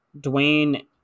Dwayne